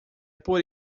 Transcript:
por